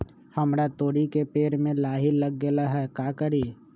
हमरा तोरी के पेड़ में लाही लग गेल है का करी?